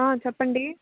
చెప్పండి